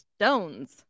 stones